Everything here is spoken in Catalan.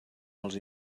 els